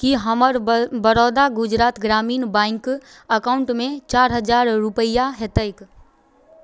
की हमर बड़ौदा गुजरात ग्रामीण बैँक अकाउण्टमे चारि हजार रुपैआ हेतै